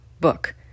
book